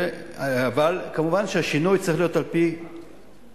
אבל, כמובן, השינוי צריך להיות על-פי פרמטרים.